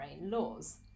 laws